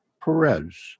Perez